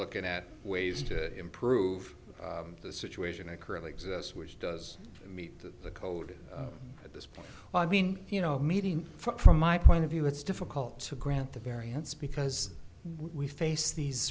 looking at ways to improve the situation i currently exist which does meet the code at this point i mean you know meeting from my point of view it's difficult to grant the variance because we face these